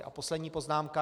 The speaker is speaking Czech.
A poslední poznámka.